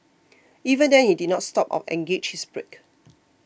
even then he did not stop or engaged his brake